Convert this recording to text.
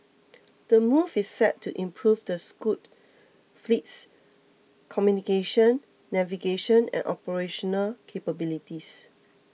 the move is set to improve the Scoot fleet's communication navigation and operational capabilities